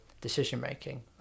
decision-making